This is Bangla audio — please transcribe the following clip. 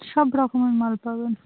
সব রকমের মাল পাবেন